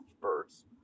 birds